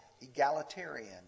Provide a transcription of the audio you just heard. egalitarian